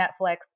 Netflix